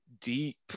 deep